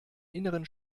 inneren